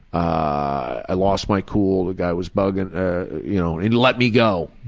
i lost my cool, the guy was bugging you know and let me go.